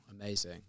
amazing